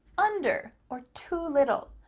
under or too little.